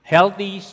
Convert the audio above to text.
Healthy